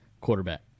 quarterback